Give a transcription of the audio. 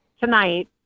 tonight